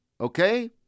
okay